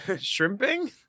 Shrimping